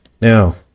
Now